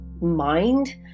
mind